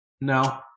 No